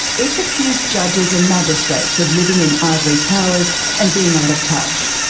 it's accused judges and magistrates of living in ivory towers and being out of touch.